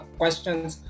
questions